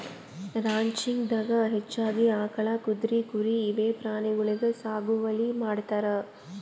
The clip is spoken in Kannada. ರಾಂಚಿಂಗ್ ದಾಗಾ ಹೆಚ್ಚಾಗಿ ಆಕಳ್, ಕುದ್ರಿ, ಕುರಿ ಇವೆ ಪ್ರಾಣಿಗೊಳಿಗ್ ಸಾಗುವಳಿ ಮಾಡ್ತಾರ್